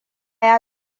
ya